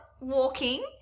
walking